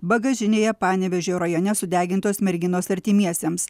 bagažinėje panevėžio rajone sudegintos merginos artimiesiems